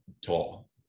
tall